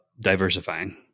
diversifying